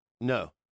No